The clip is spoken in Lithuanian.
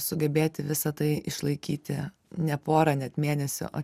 sugebėti visa tai išlaikyti ne porą net mėnesių o